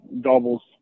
doubles